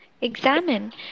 examine